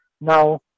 now